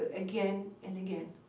again and again.